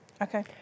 Okay